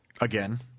Again